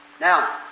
Now